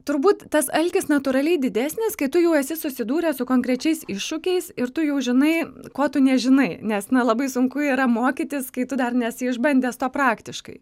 turbūt tas alkis natūraliai didesnis kai tu jau esi susidūręs su konkrečiais iššūkiais ir tu jau žinai ko tu nežinai nes na labai sunku yra mokytis kai tu dar nesi išbandęs to praktiškai